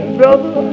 brother